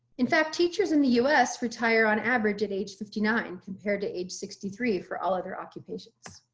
in fact, teachers in the us retire on average. at age fifty nine compared to age sixty three for all other occupations.